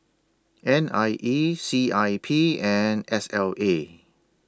N I E C I P and S L A